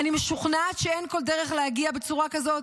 "אני משוכנעת שאין כל דרך להגיע בצורה כזאת,